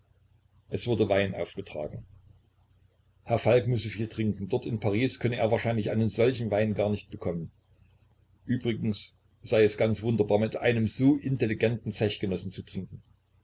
es wurde wein aufgetragen herr falk müsse viel trinken dort in paris könne er wahrscheinlich einen solchen wein gar nicht bekommen übrigens sei es ganz wunderbar mit einem so intelligenten zechgenossen zu trinken